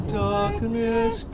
darkness